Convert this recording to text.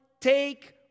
take